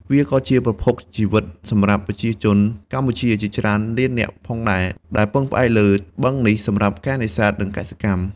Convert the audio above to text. វាក៏ជាប្រភពជីវិតសម្រាប់ប្រជាជនកម្ពុជាជាច្រើនលាននាក់ផងដែរ ដែលពឹងផ្អែកលើបឹងនេះសម្រាប់ការនេសាទ និងកសិកម្ម។